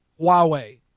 Huawei